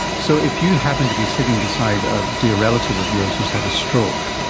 so if you happen to be sitting beside a dear relative of yours who's had a stroke,